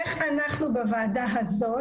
איך אנחנו בוועדה הזאת,